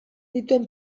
dituen